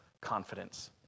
confidence